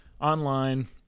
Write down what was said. online